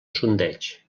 sondeig